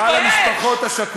ולא הגן על המשפחות השכולות.